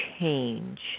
change